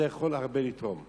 זה יכול לתרום הרבה.